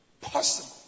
possible